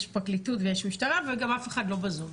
יש פרקליטות ויש משטרה וגם אף אחד לא בזום.